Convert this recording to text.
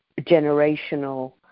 generational